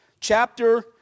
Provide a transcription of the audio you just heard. chapter